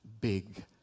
big